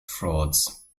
frauds